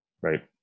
Right